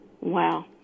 Wow